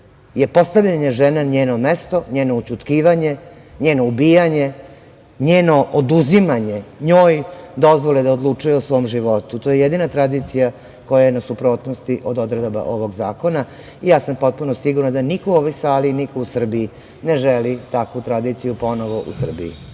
je postavljenje žene na njeno mesto, njeno ućutkivanje, njeno ubijanje, oduzimanje njoj dozvole da odlučuje o svom životu. To je jedina tradicija koja je na suprotnosti od odredaba ovog zakona i ja sam potpuno sigurna da niko u ovoj sali, niko u Srbiji ne želi takvu tradiciju ponovo u Srbiji.